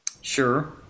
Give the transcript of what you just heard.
Sure